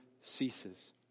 ceases